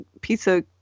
pizza